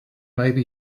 maybe